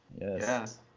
Yes